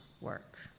work